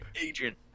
agent